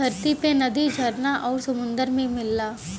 धरती पे नदी झरना आउर सुंदर में मिलला